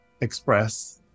express